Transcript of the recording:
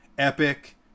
Epic